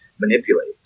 manipulate